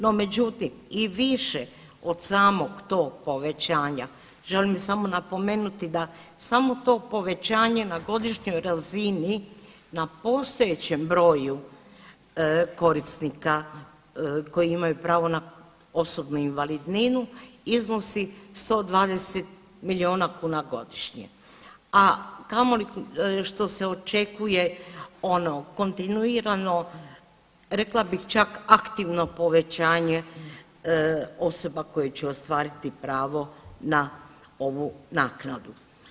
No, međutim i više od samog tog povećanja želim samo napomenuti da samo to povećanje na godišnjoj razini, na postojećem broju korisnika koji imaju pravo na osobnu invalidninu iznosi 120 milijuna kuna godišnje, a kamoli što se očekuje, ono, kontinuirano, rekla bih čak aktivno povećanje osoba koje će ostvariti pravo na ovu naknadu.